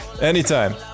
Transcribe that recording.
anytime